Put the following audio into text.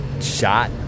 shot